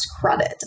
credit